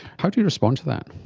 how do you respond to that?